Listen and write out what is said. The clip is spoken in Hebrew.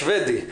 שבדי.